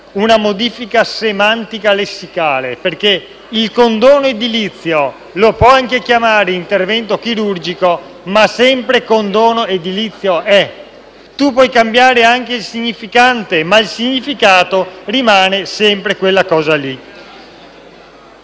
una modifica semantica lessicale: il condono edilizio si può anche chiamare intervento chirurgico, ma sempre condono edilizio è. Si può cambiare il significante, ma il significato rimane sempre lo stesso.